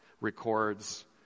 records